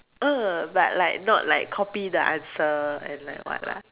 ah but like not like copy the answer and like what lah